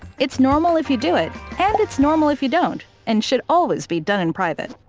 it's normal if you do it and it's normal if you don't, and should always be done in private.